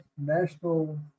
national